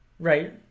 Right